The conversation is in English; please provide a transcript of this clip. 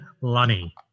Lunny